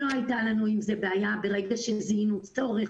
לא הייתה לנו עם זה בעיה ברגע שזיהינו צורך.